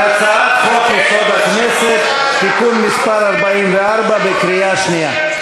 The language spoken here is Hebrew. על הצעת חוק-יסוד: הכנסת (תיקון מס' 44) בקריאה שנייה.